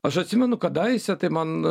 aš atsimenu kadaise tai man